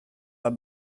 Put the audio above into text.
pas